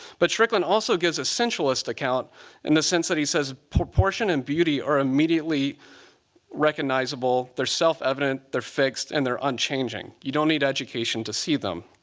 but strickland also gives centralist account in the sense that he says proportion and beauty are immediately recognizable. they're self-evident. they're fixed. and they're unchanging. you don't need education to see them.